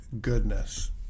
goodness